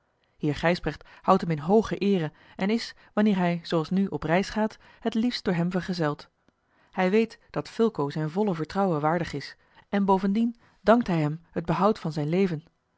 heer gijsbrecht houdt hem in hooge eere en is wanneer hij zooals nu op reis gaat het liefst door hem vergezeld hij weet dat fulco zijn volle vertrouwen waardig is en bovendien dankt hij hem het behoud van zijn leven